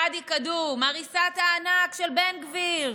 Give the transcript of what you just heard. ואדי קדום, הריסת הענק של בן גביר,